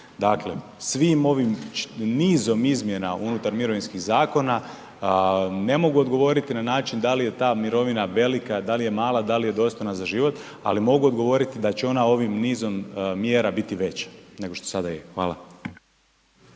Dakle, svim ovim nizom izmjena unutar mirovinskih zakona, ne mogu odgovoriti na način da li je ta mirovina velika, da li je mala, da li je dostojna za život ali mogu odgovoriti da će ona ovim nizom mjera biti veća nego sada je, hvala.